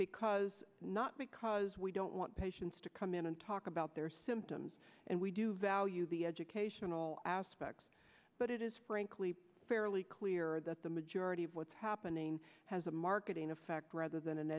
because not because we don't want patients to come in and talk about their symptoms and we do value the educational aspects but it is frankly fairly clear that the majority of what's happening has a marketing effect rather than an